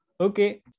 Okay